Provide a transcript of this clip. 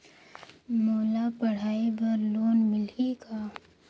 मोला पढ़ाई बर लोन मिलही का?